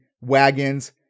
wagons